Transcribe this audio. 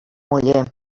muller